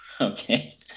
Okay